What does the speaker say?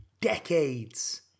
decades